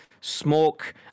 smoke